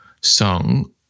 song